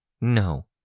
No